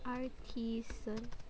Artisan